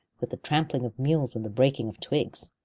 with the trampling of mules and the breaking of twigs.